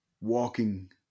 walking